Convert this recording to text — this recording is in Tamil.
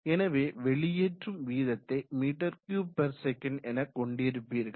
எனவே வெளியேற்றும் வீதத்தை m3s என கொண்டிருப்பீர்கள்